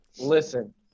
Listen